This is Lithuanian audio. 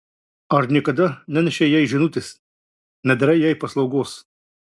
ar niekada nenešei jai žinutės nedarei jai paslaugos